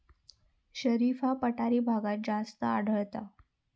शरीफा पठारी भागात जास्त आढळता